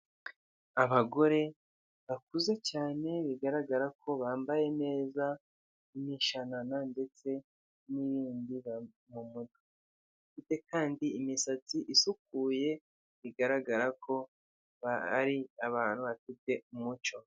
Abagore bakuze cyane bigaragara ko bambaye neza imishanana, ndetse n'ibindi mu mutwe kandi imisatsi isukuye bigaragara ko ari abantu bafite umuco.